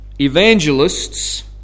evangelists